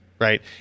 right